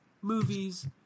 movies